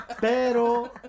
pero